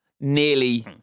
nearly